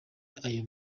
ayo